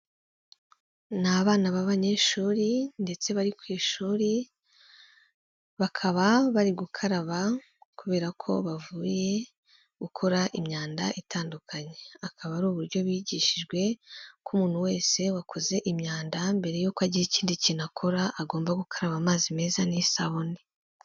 Ni abana b'abanyeshuri ndetse bari ku ishuri, bakaba bari gukaraba kubera ko bavuye gukora imyanda itandukanye, akaba ari uburyo bigishijwe ko umuntu wese wakoze imyanda mbere y'uko agira ikindi kintu akora, agomba gukaraba amazi meza n'isabune.